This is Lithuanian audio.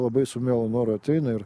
labai su mielu noru ateina ir